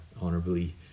honorably